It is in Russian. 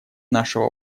нашего